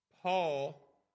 Paul